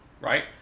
right